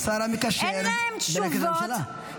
אין להם תשובות --- הוא השר המקשר בין הכנסת לממשלה.